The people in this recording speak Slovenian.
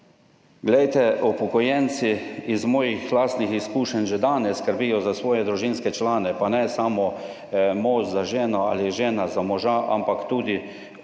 Glejte, upokojenci iz mojih lastnih izkušenj že danes skrbijo za svoje družinske člane, pa ne samo mož za ženo ali žena za moža ampak tudi upokojeni